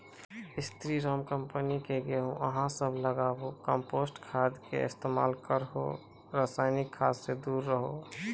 स्री Ram company के गेहूँ अहाँ सब लगाबु कम्पोस्ट खाद के इस्तेमाल करहो रासायनिक खाद से दूर रहूँ?